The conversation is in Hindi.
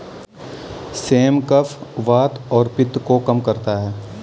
सेम कफ, वात और पित्त को कम करता है